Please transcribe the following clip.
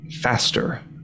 faster